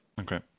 Okay